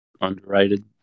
Underrated